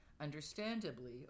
Understandably